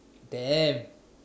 damn